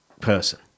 person